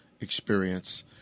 experience